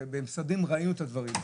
במשרדים ראינו את הדברים האלה.